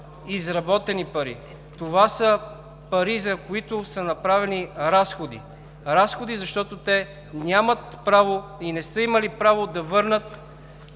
изработени пари. Това са пари, за които са направени разходи. Разходи, защото те нямат право и не са имали право да върнат